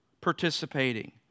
participating